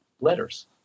letters